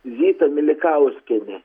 vita milikauskienė